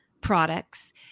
products